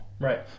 Right